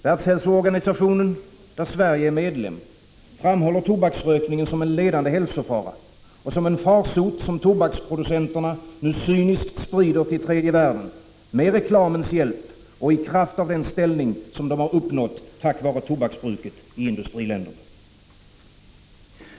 Världshälsoorganisationen, där Sverige är medlem, framhåller tobaksrökningen som en ledande hälsofara och som en farsot, som tobaksproducenterna nu cyniskt sprider till tredje världen med reklamens hjälp och i kraft av den ställning de uppnått tack vare tobaksbruket i industriländerna.